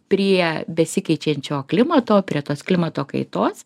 prie besikeičiančio klimato prie tos klimato kaitos